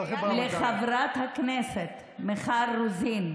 ואני חייבת להודות גם כן לחברת הכנסת מיכל רוזין.